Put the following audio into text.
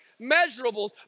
measurables